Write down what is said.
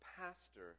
pastor